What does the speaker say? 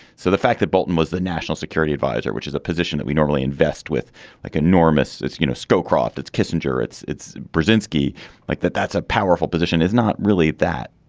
so the fact that but and was the national security adviser which is a position that we normally invest with like enormous. it's you know scowcroft it's kissinger it's it's brzezinski like that that's a powerful position is not really that.